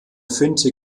finte